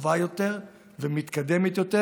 טובה יותר ומתקדמת יותר.